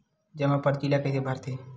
जमा परची ल कइसे भरथे?